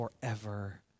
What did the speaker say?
forever